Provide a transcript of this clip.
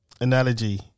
analogy